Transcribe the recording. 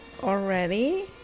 already